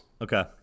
Okay